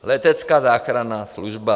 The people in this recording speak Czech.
Letecká záchranná služba.